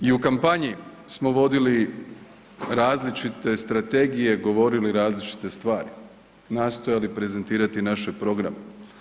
I u kampanji smo vodili različite strategije, govorili različite stvari nastojali prezentirati naše programe.